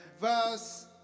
Verse